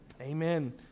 amen